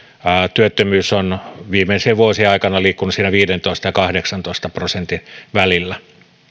työttömyys on viimeisien vuosien aikana liikkunut siinä viisitoista ja kahdeksantoista prosentin välillä